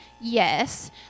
Yes